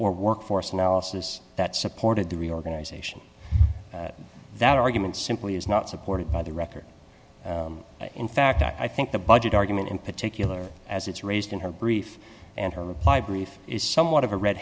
workforce analysis that supported the reorganization that argument simply is not supported by the record and in fact i think the budget argument in particular as it's raised in her brief and her reply brief is somewhat of a red